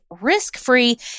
risk-free